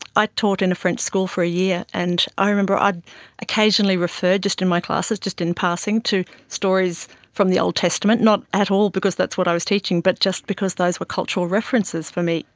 i taught in a french school for a year and i remember i would occasionally refer just in my classes just in passing to stories from the old testament, not at all because that's what i was teaching but just because those were cultural references for me,